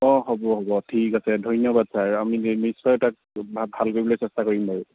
অঁ হ'ব হ'ব ঠিক আছে ধন্যবাদ ছাৰ আমি নিশ্চয় তাক ভাল কৰিবলৈ চেষ্টা কৰিম বাৰু